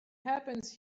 happens